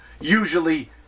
Usually